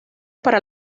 para